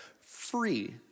free